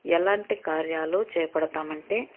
ఎలాంటి కార్యాలు చేపడతాము అంటే